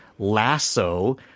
lasso